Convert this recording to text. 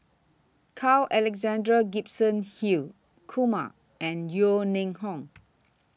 Carl Alexander Gibson Hill Kumar and Yeo Ning Hong